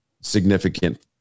significant